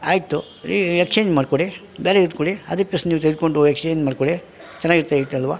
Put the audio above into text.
ಆಯಿತು ರೀ ಎಕ್ಸ್ಚೇಂಜ್ ಮಾಡಿಕೊಡಿ ಬೇರೆ ಇಟ್ಕೊಳ್ಳಿ ಅದೇ ಪೀಸ್ ನೀವು ತೆಗೆದ್ಕೊಂಡು ಎಕ್ಸ್ಚೇಂಜ್ ಮಾಡ್ಕೊಳ್ಳಿ ಚೆನಾಗಿರ್ತೈತಲ್ವ